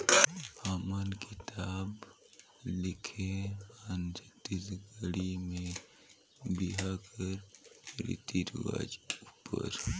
हमन किताब लिखे हन छत्तीसगढ़ी में बिहा कर रीति रिवाज उपर